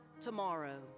tomorrow